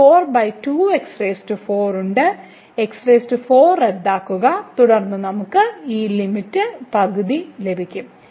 x4 റദ്ദാക്കുക തുടർന്ന് നമ്മൾക്ക് ഈ ലിമിറ്റ് പകുതി ലഭിക്കും